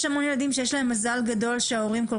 יש המון ילדים שיש להם מזל גדול שההורים כל